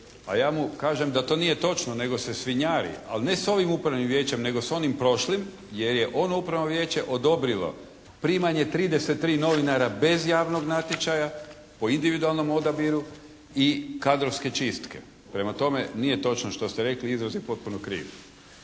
A ja mu kažem da to nije točno nego se svinjari ali ne s ovim Upravnim vijećem nego s onim prošlim jer je ono Upravno vijeće odobrilo primanje 33 novinara bez javnog natječaja po individualnom odabiru i kadrovske čistke. Prema tome nije točno što ste rekli. Izraz je potpuno kriv,